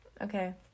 Okay